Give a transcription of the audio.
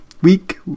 Week